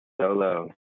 solo